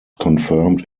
confirmed